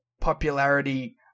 popularity